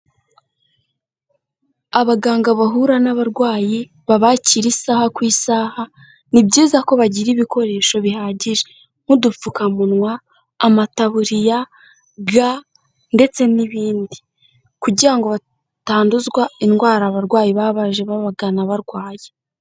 Abaganga bahura n'abarwayi babakira isaha ku isaha, ni byiza ko bagira ibikoresho bihagije nk'udupfukamunwa, amataburiya, ga, ndetse n'ibindi. Kugira ngo batanduzwa indwara abarwayi baba baje babagana barwaye.